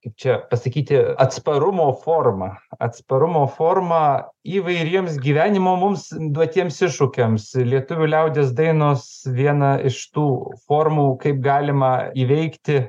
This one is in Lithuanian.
kaip čia pasakyti atsparumo forma atsparumo forma įvairiems gyvenimo mums duotiems iššūkiams lietuvių liaudies dainos viena iš tų formų kaip galima įveikti